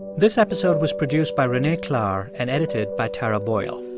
this episode was produced by renee klahr and edited by tara boyle.